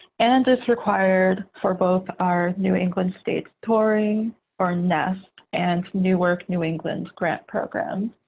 and it's required for both our new england states touring or nest and new work new england grant programs.